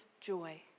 joy